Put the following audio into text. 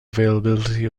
availability